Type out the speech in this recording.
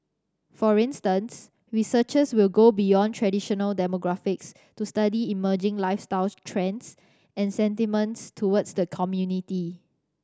for instance researchers will go beyond traditional demographics to study emerging lifestyle trends and sentiments towards the community